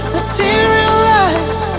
materialize